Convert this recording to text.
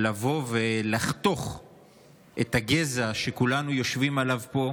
לבוא ולחתוך את הגזע שכולנו יושבים עליו פה,